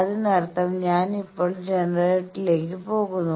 അതിനർത്ഥം ഞാൻ ഇപ്പോൾ ജനറേറ്ററിലേക്ക് പോകുന്നു